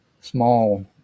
small